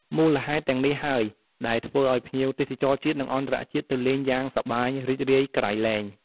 មូលហេតុទាំងនេះហើយ ដែលធ្វើឲ្យភ្ញៀវទេសចរជាតិ និងអន្តរជាតិទៅលេងយ៉ាងសប្បាយរីករាយក្រៃលែង។